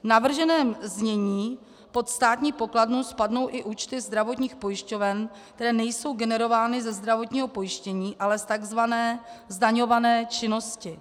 V navrženém znění pod státní pokladnu spadnou i účty zdravotních pojišťoven, které nejsou generovány ze zdravotního pojištění, ale z tzv. zdaňované činnosti.